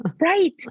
Right